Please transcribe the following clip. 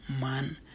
...man